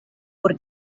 por